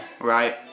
right